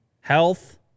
health